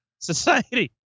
Society